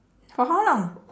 for how long